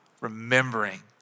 remembering